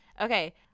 Okay